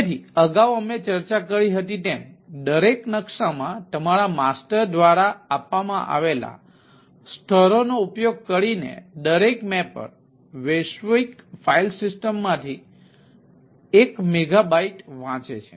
તેથી અમે અગાઉ ચર્ચા કરી હતી તેમ દરેક નકશામાં તમારા માસ્ટર દ્વારા આપવામાં આવેલા સ્થળોનો ઉપયોગ કરીને દરેક મેપર વૈશ્વિક ફાઇલ સિસ્ટમમાંથી 1 M વાંચે છે